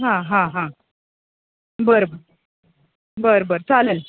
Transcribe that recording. हां हां हां बरं बरं बरं चालेल